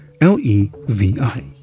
L-E-V-I